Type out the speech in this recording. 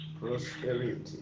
Prosperity